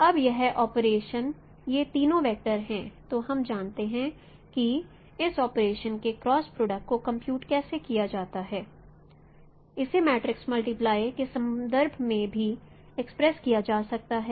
अब यह ऑपरेशन ये तीनों वैक्टर हैं और हम जानते हैं कि इस ऑपरेशन के क्रॉस प्रोडक्ट को कंप्यूट कैसे किया जाता है इसे मैट्रिक्स मल्टीप्लाई के संदर्भ में भी एक्सप्रेस किया जा सकता है